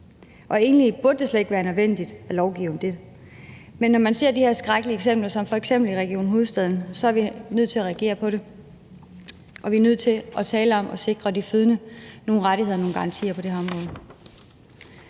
Egentlig burde det slet ikke være nødvendigt at lovgive om det, men når man ser de her skrækkelige eksempler f.eks. i Region Hovedstaden, er vi nødt til at reagere på det, og vi er nødt til at tale om at få sikret de fødende nogle rettigheder og garantier på det her område.